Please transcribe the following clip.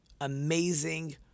amazing